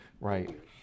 Right